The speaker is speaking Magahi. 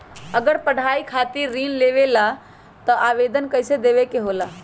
अगर पढ़ाई खातीर ऋण मिले ला त आवेदन कईसे देवे के होला?